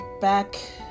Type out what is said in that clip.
back